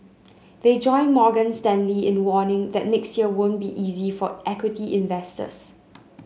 they join Morgan Stanley in warning that next year won't be easy for equity investors